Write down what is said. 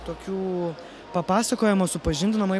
tokių papasakojama supažindinama